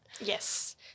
Yes